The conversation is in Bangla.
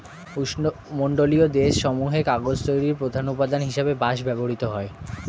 উষ্ণমণ্ডলীয় দেশ সমূহে কাগজ তৈরির প্রধান উপাদান হিসেবে বাঁশ ব্যবহৃত হয়